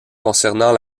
concernant